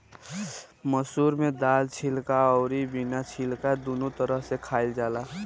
मसूर के दाल छिलका अउरी बिना छिलका दूनो तरह से खाइल जाला